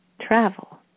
travel